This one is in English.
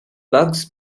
bugs